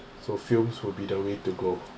so films will be the way to go